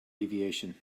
deviation